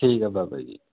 ਠੀਕ ਆ ਬਾਬਾ ਜੀ